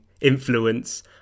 influence